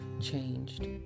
changed